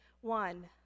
one